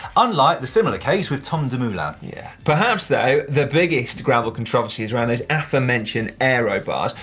unlike the similar case with tom demoulin. yeah. perhaps though the biggest gravel controversy is around those aforementioned aero bars.